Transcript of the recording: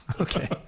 Okay